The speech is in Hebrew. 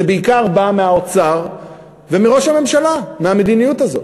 זה בעיקר בא מהאוצר ומראש הממשלה, מהמדיניות הזאת.